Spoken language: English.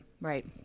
Right